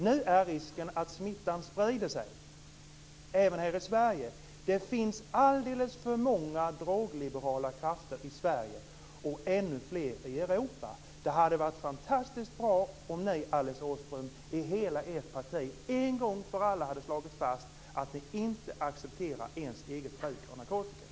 Nu är det risk för att smittan sprider sig, även i Det finns alldeles för många drogliberala krafter i Sverige och ännu fler i Europa. Det hade varit fantastiskt bra om ni, Alice Åström, i hela ert parti en gång för alla hade slagit fast att ni inte accepterar ens eget bruk av narkotika.